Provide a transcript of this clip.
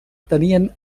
tenien